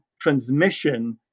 transmission